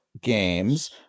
games